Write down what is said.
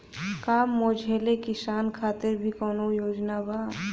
का मझोले किसान खातिर भी कौनो योजना बा?